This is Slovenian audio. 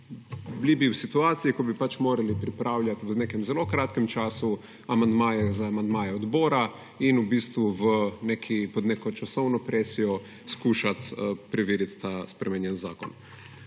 Bili bi v situaciji, ko bi pač morali pripravljati v nekem zelo kratkem času amandmaje za amandmaje odbora in v bistvu pod neko časovno presijo skušati preveriti ta spremenjen zakon.